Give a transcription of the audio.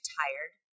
tired